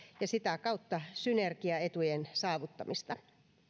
ja sitä kautta synergiaetujen saavuttamista